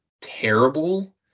terrible